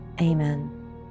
Amen